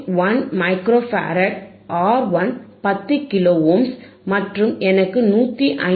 1 microfarad R 1 10 kilo ohms மற்றும் எனக்கு 159